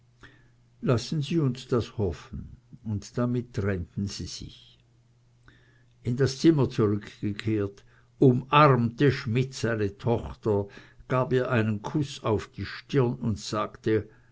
lassen sie uns das hoffen und damit trennten sie sich in das zimmer zurückgekehrt umarmte schmidt seine tochter gab ihr einen kuß auf die stirn und sagte